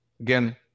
again